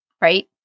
right